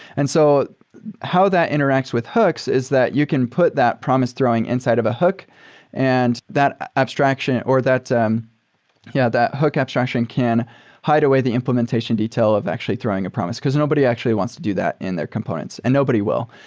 and so how that interacts with hooks is that you can put that promise throwing inside of a hook and that abstraction or that um yeah hook abstraction can hideaway the implementation detail of actually throwing a promise, because nobody actually wants to do that in their components and nobody will.